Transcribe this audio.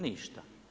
Ništa!